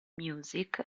music